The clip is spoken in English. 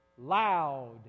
Loud